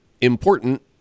important